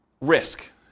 risk